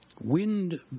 wind